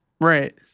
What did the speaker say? Right